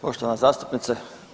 Poštovana zastupnice.